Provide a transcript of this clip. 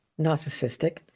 narcissistic